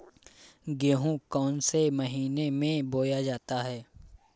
गेहूँ कौन से महीने में बोया जाता है?